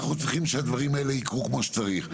אנחנו צריכים שהדברים האלה יקרו כמו שצריך,